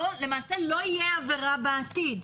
למעשה לא תהיה עבירה בעתיד.